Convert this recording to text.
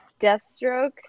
Deathstroke